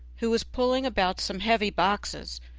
who was pulling about some heavy boxes,